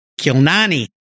Kilnani